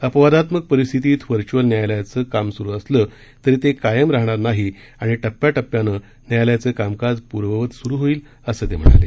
अपवादात्मक परिस्थितीत व्हर्चूल न्यायालयांचं काम सुरू असलं तरी ते कायम राहणार नाही आणि टप्प्याटप्प्यानं न्यायालयाचं कामकाज पूर्ववत सुरू होईल असं ते म्हणाले